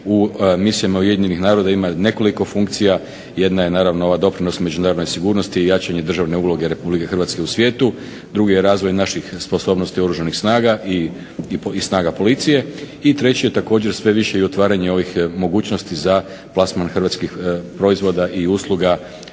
u misijama UN-a ima nekoliko funkcija. Jedna je naravno ovaj doprinos međunarodnoj sigurnosti i jačanje državne uloge RH u svijetu. Drugi je razvoj naših sposobnosti Oružanih snaga i snaga policije. I treći je također sve više i otvaranje ovih mogućnosti za plasman hrvatskih proizvoda i usluga povezanih